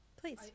Please